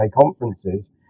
conferences